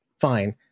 Fine